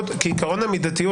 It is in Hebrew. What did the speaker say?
המידתיות